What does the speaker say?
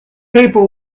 people